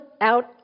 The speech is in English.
out